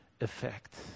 effect